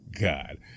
god